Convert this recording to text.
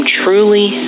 truly